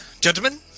gentlemen